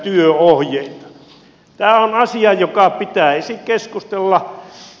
tämä on asia joka pitäisi keskustella